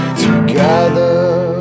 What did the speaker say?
together